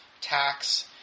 tax